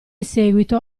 seguito